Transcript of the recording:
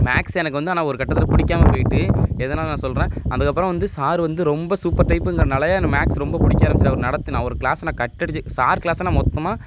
maths எனக்கு வந்து ஆனால் ஒரு கட்டத்தில் பிடிக்காம போயிவிட்டு எதனால் நான் சொல்லுறேன் அந்தக்கப்புறோம் வந்து சாரு வந்து ரொம்ப சூப்பர் டைப்புங்கிறனாலையே எனக்கு மேக்ஸ் ரொம்ப பிடிக்க ஆரமிச்சிவிட்டு அவரு நடத்தின அவரு கிளாஸை நான் கட் அடிச்சு சார் கிளாஸை நான் மொத்தமாக